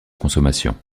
consommation